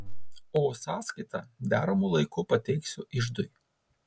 o sąskaitą deramu laiku pateiksiu iždui